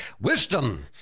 Wisdom